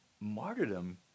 martyrdom